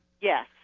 Yes